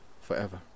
forever